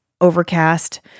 Overcast